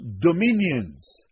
dominions